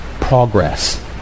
Progress